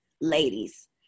ladies